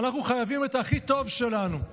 ואנחנו חייבים את הכי טוב שלנו.